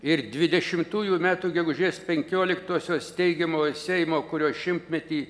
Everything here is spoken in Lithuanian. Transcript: ir dvidešimtųjų metų gegužės penkioliktosios steigiamojo seimo kurio šimtmetį